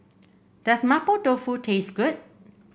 does Mapo Tofu taste good